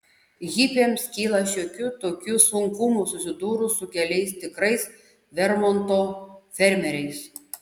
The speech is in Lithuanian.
hipiams kyla šiokių tokių sunkumų susidūrus su keliais tikrais vermonto fermeriais